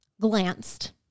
glanced